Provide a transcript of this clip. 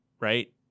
right